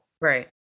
Right